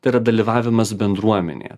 tai yra dalyvavimas bendruomenėje